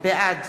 בעד